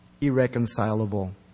irreconcilable